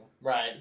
Right